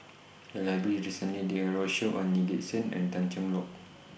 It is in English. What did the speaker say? The Library recently did A roadshow on Lee Gek Seng and Tan Cheng Lock